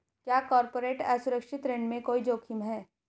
क्या कॉर्पोरेट असुरक्षित ऋण में कोई जोखिम है?